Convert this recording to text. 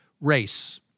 race